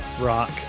rock